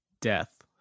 death